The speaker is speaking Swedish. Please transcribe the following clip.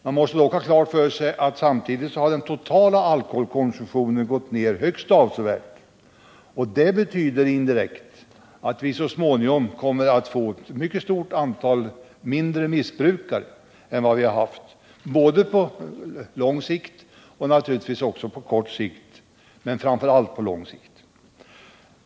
Man måste dock ha klart för sig att samtidigt har den totala alkoholkonsumtionen gått ned högst avsevärt, och det betyder indirekt att vi så småningom kommer att få mycket färre missbrukare än vi har haft, på kort sikt men framför allt på lång sikt.